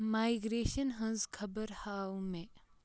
migration ہٕنٛز خبر ہاو مےٚ